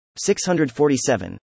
647